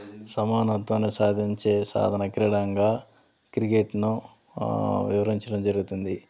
సమానత్వాన్ని సాధించే సాధన క్రీడంగా క్రికెట్ను వివరించడం జరుగుతుంది